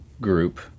group